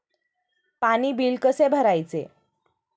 पाणी बिल कसे भरायचे?